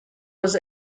was